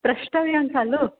पृष्टव्यं खलु